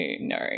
no